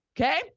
Okay